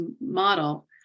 model